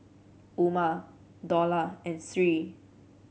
Umar Dollah and Sri